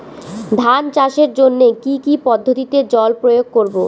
ধান চাষের জন্যে কি কী পদ্ধতিতে জল প্রয়োগ করব?